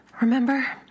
Remember